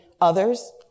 others